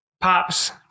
pops